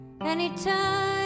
anytime